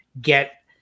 get